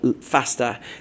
faster